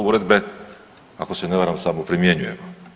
Uredbe ako se ne varam samo primjenjujemo.